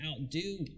outdo